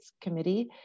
Committee